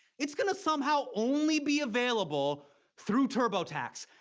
it's going to somehow only be available through turbotax.